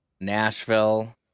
Nashville